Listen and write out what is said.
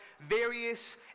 various